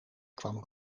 kwam